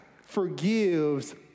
forgives